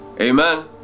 Amen